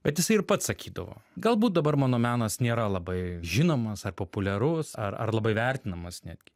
bet jisai ir pats sakydavo galbūt dabar mano menas nėra labai žinomas ar populiarus ar ar labai vertinamas netgi